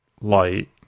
light